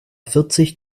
vierzig